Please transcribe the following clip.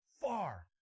far